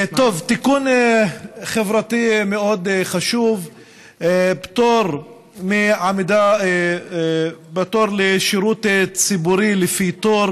תיקון חברתי מאוד חשוב פטור מעמידה בתור לשירות ציבורי לפי תור